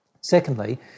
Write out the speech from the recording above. Secondly